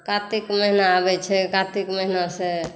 कातिक महिना आबै छै कातिक महिना से